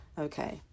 Okay